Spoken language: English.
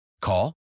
Call